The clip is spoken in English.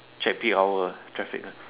check peak hour uh traffic ah